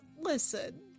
listen